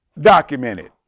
documented